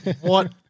What-